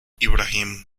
ibrahim